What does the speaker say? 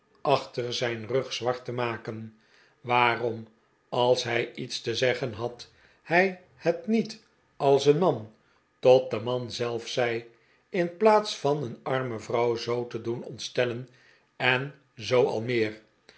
achter zijn rug zwart te maken waarom als hij iets te zeggen had hij het niet als een man tot den man zelf zei in plaats van een arme vrouw zoo te doen ontstellen en zoo al meer